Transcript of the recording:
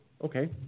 okay